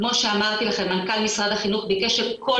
כמו שאמרתי לכם מנכ"ל משרד החינוך ביקש מכל